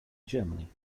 germany